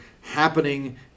happening